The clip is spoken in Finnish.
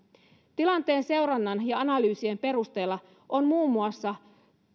tilanteen seurannan ja analyysien perusteella on muun muassa